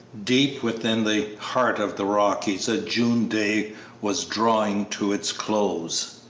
deep within the heart of the rockies a june day was drawing to its close.